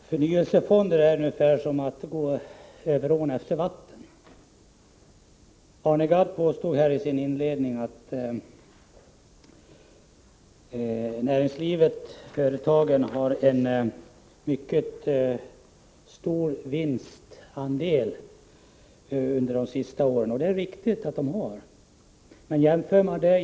Fru talman! Förnyelsefonderna är ungefär som att gå över ån efter vatten. Arne Gadd påstod i sin inledning att företagen under de senaste åren har haft en mycket stor vinstandel.